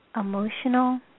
emotional